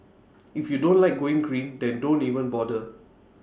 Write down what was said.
if you don't like going green then don't even bother